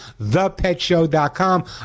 thepetshow.com